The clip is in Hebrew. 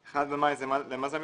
1 במאי, למה זה מתייחס?